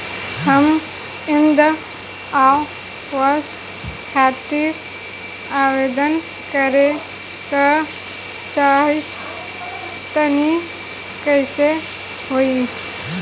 हम इंद्रा आवास खातिर आवेदन करे क चाहऽ तनि कइसे होई?